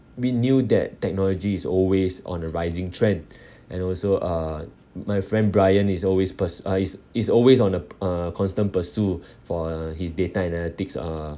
we knew that technology is always on a rising trend and also uh my friend brian is always purs~ uh is is always on a uh constant pursuit for his data analytics uh